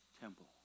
temple